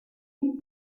bien